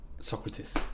Socrates